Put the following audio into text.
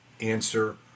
answer